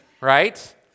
right